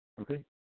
Okay